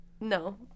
No